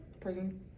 prison